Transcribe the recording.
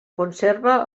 conserva